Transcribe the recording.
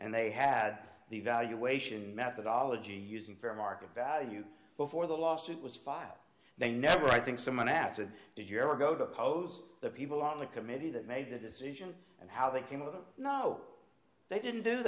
and they had the evaluation methodology using fair market value before the lawsuit was filed they never i think someone asked a did you ever go to oppose the people on the committee that made the decision and how they came up no they didn't do